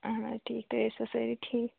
اَہَن حظ ٹھیٖک تُہۍ أسِو سأری ٹھیٖک